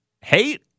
hate